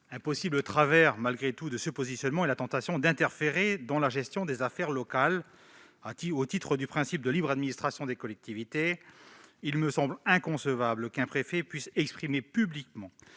tout, le travers possible d'un tel positionnement est la tentation d'interférer dans la gestion des affaires locales. Au titre du principe de la libre administration des collectivités, il me semble inconcevable qu'un préfet puisse se prononcer publiquement